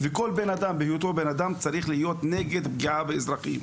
וכל בן אדם בהיותו בן אדם צריך להיות נגד פגיעה באזרחים,